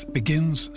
begins